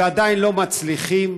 ועדיין לא מצליחים,